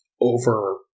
over